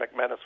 McManus